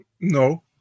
No